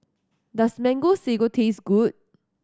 does Mango Sago taste good